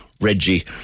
Reggie